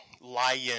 lion